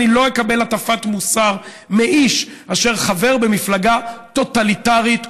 אני לא אקבל הטפת מוסר מאיש אשר חבר במפלגה טוטליטרית,